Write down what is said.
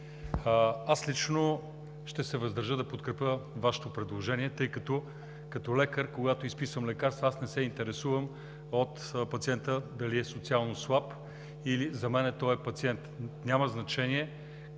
аз лично ще се въздържа да подкрепя Вашето предложение, понеже като лекар, когато изписвам лекарства, не се интересувам дали пациентът е социалнослаб. За мен той е пациент и няма значение